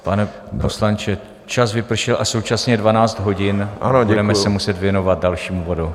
Pane poslanče, čas vypršel a současně je 12 hodin, budeme se muset věnovat dalšímu bodu.